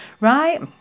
right